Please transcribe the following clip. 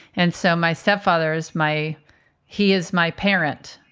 and so my stepfather's my he is my parent.